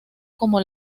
como